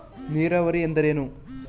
ನೀರಾವರಿ ಎಂದರೇನು?